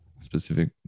specific